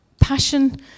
Passion